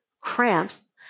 cramps